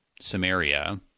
Samaria